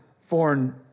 foreign